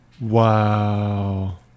Wow